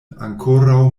ankoraŭ